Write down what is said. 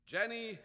Jenny